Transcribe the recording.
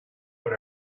but